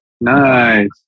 Nice